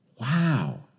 Wow